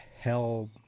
Hell